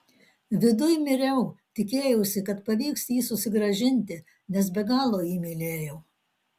viduj miriau tikėjausi kad pavyks jį susigrąžinti nes be galo jį mylėjau